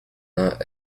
not